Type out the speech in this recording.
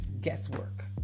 guesswork